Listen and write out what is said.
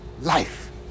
life